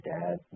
dad